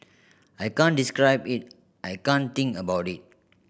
I can't describe it I can't think about it